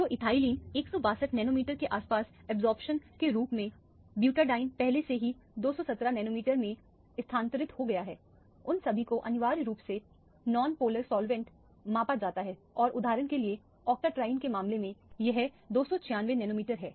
तो ethylene 162 nanometre के आसपास अब्जॉर्प्शन के रूप में ब्यूटाडाइन पहले से ही 217 नैनोमीटर में स्थानांतरित हो गया है उन सभी को अनिवार्य रूप से नॉनपोलर सॉल्वैंट्स मापा जाता है और उदाहरण के लिए ऑक्टेट्रिन के मामले में यह 296 नैनोमीटर है